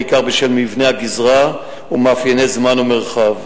בעיקר בשל מבנה הגזרה ומאפייני זמן ומרחב.